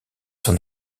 son